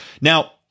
now